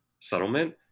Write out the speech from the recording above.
settlement